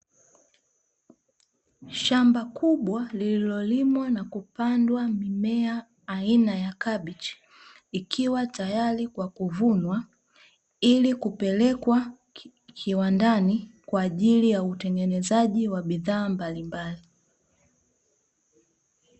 Shamba kubwa lililo limwa na kupandwa mimea aina ya kabichi ikiwa tayari kwa kuvunwa, ili kupelekwa kiwandani kwa ajili ya utengenezaji wa bidhaa mbalimbali.